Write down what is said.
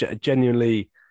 Genuinely